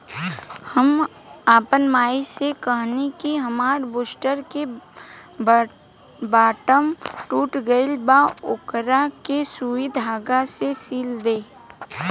हम आपन माई से कहनी कि हामार बूस्टर के बटाम टूट गइल बा ओकरा के सुई धागा से सिल दे